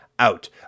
out